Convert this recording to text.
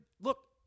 Look